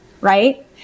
right